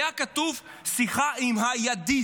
שיחה עם הידיד.